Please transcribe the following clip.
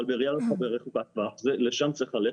אבל בראייה רחוקת טווח זה הכיוון ולשם צריך ללכת,